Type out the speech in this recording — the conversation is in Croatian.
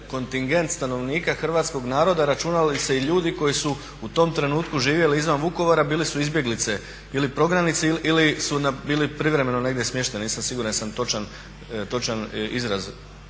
kontingent stanovnika hrvatskoga naroda računali se i ljudi koji su u tom trenutku živjeli izvan Vukovara, bili su izbjeglice ili prognanici ili su bili privremeno negdje smješteni, nisam siguran jesam li točan izraz